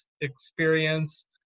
experience